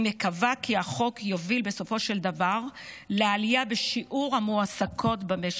אני מקווה כי החוק יוביל בסופו של דבר לעלייה בשיעור המועסקות במשק.